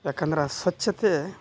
ಯಾಕಂದ್ರೆ ಸ್ವಚ್ಛತೆ